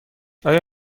آیا